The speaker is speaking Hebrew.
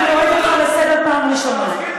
אני קוראת אותך לסדר פעם ראשונה.